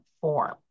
form